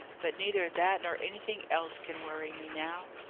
but, neither that nor anything else can worry me now.